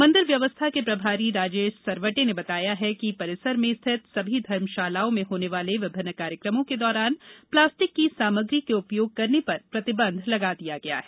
मंदिर व्यवस्था के प्रभारी राजेश सरवटे ने बताया कि परिसर में स्थित सभी धर्मशालाओं में होने वाले विभिन्न कार्यक्रमों के दौरान प्लास्टिक की सामग्री के उपयोग करने पर प्रतिबंध लगा दिया गया है